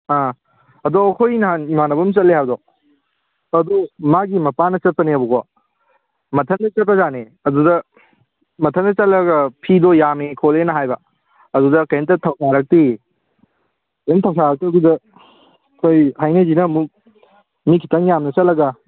ꯑꯥ ꯑꯗꯨ ꯑꯩꯈꯣꯏ ꯅꯍꯥꯟ ꯏꯃꯥꯟꯅꯕ ꯑꯃ ꯆꯠꯂꯦ ꯍꯥꯏꯕꯗꯣ ꯑꯗꯨ ꯃꯥꯒꯤ ꯃꯄꯥꯅ ꯆꯠꯄꯅꯦꯕꯀꯣ ꯃꯊꯟꯗ ꯆꯠꯄꯖꯥꯠꯅꯤ ꯑꯗꯨꯗ ꯃꯊꯟꯗ ꯆꯠꯂꯒ ꯐꯤꯗꯣ ꯌꯥꯝꯃꯤ ꯈꯣꯠꯂꯤꯅ ꯍꯥꯏꯕ ꯑꯗꯨꯗ ꯀꯩꯝꯇ ꯊꯧꯁꯥꯔꯛꯇꯦꯌꯦ ꯀꯔꯤꯝ ꯊꯧꯁꯥꯔꯛꯇꯕꯤꯗ ꯑꯩꯈꯣꯏ ꯍꯥꯏꯅꯩꯁꯤꯅ ꯑꯃꯨꯛ ꯃꯤ ꯈꯤꯇꯪ ꯌꯥꯝꯅ ꯆꯠꯂꯒ